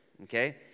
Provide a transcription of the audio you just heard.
Okay